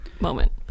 moment